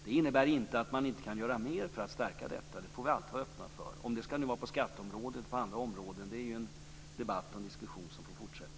Det innebär inte att man inte kan göra mer för att stärka detta. Det får vi alltid vara öppna för. Om det ska vara på skatteområdet eller på andra områden, är en debatt och en diskussion som får fortsätta.